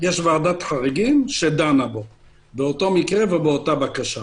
ועדת חריגים שדנה באותו מקרה ובאותה בקשה.